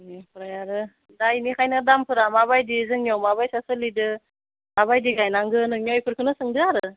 एनिफ्राय आरो दा एनिखायनो दामफोरा माबायदि जोंनियाव माबायसा सोलिदो माबायदि गायनांगो नोंनिया एफोरखोनो सोंदो आरो